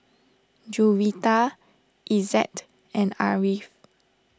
Juwita Izzat and Ariff